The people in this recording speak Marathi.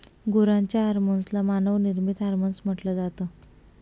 गुरांच्या हर्मोन्स ला मानव निर्मित हार्मोन्स म्हटल जात